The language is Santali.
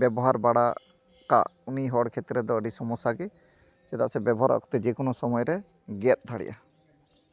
ᱵᱮᱵᱚᱦᱟᱨ ᱵᱟᱲᱟ ᱠᱟᱜ ᱩᱱᱤ ᱦᱚᱲ ᱠᱷᱮᱛᱨᱮ ᱫᱚ ᱟᱹᱰᱤ ᱥᱚᱢᱚᱥᱥᱟ ᱜᱮ ᱪᱮᱫᱟᱜ ᱥᱮ ᱵᱮᱵᱚᱦᱟᱨ ᱚᱠᱛᱚ ᱡᱮᱠᱚᱱᱳ ᱥᱚᱢᱚᱭ ᱨᱮ ᱜᱮᱫ ᱫᱟᱲᱮᱭᱟᱜᱼᱟ